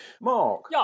Mark